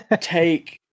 take